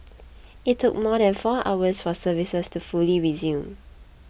it took more than four hours for services to fully resume